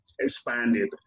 expanded